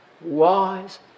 Wise